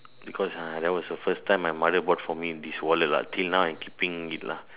because uh that was the first time my mother bought for me this wallet lah till now I'm keeping it lah